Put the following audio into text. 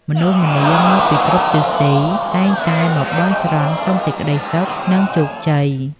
មនុស្សម្នាមកពីគ្រប់ទិសទីតែងតែមកបន់ស្រន់សុំសេចក្ដីសុខ និងជោគជ័យ។